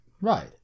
Right